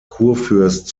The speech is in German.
kurfürst